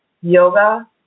yoga